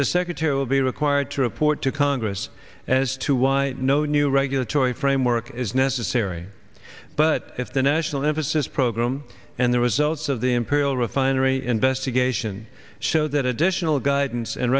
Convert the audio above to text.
the secretary will be required to report to congress as to why no new regulatory framework is necessary but if the national emphasis program and the results of the imperial refinery investigation show that additional guidance and